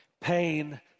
Pain